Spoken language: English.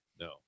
No